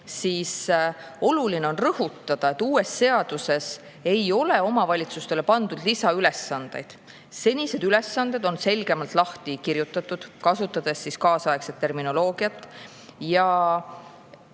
aga oluline on rõhutada, et uues seaduses ei ole omavalitsustele pandud lisaülesandeid. Senised ülesanded on selgemalt lahti kirjutatud, kasutades kaasaegset terminoloogiat.